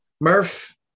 Murph